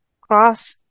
cross